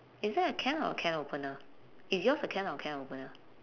is that a can or a can opener is yours a can or can opener